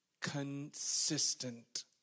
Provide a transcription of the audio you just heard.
consistent